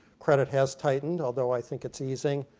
credit has tightened, although i think it's easing.